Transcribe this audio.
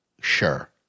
sure